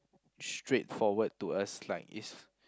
straightforward to us like it's